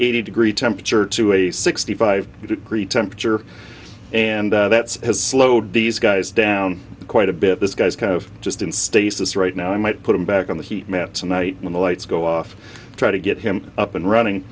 eighty degree temperature to a sixty five degree temperature and that has slowed these guys down quite a bit this guy's kind of just in status right now i might put him back on the heat map tonight when the lights go off to try to get him up and running